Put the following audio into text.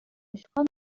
очкан